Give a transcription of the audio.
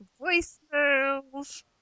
voicemails